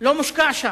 לא מושקע שם,